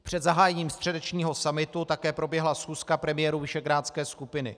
Před zahájením středečního summitu také proběhla schůzka premiérů visegrádské skupiny.